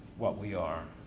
what we are,